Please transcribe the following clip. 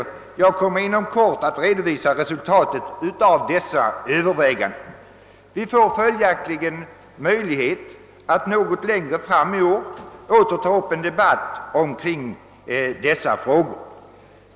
Jag kommer inom kort att redovisa resultatet av dessa överväganden.» Vi får följaktligen litet längre fram i år tillfälle att åter ta upp en debatt kring dessa frågor.